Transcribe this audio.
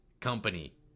company